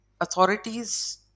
authorities